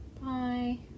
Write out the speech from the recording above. Bye